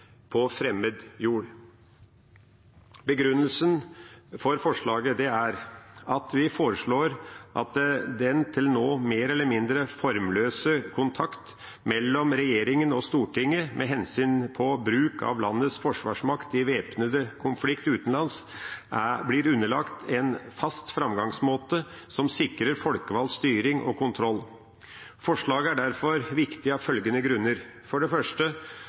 på fremmed jord. Begrunnelsen for forslaget er at den til nå mer eller mindre formløse kontakt mellom regjeringa og Stortinget med hensyn til bruk av landets forsvarsmakt i væpnet konflikt utenlands bør bli underlagt en fast framgangsmåte som sikrer folkevalgt styring og kontroll. Forslaget er derfor viktig av følgende grunner: For det første